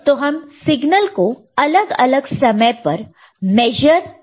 तो हम सिग्नल को अलग अलग समय पर मिज़र करते हैं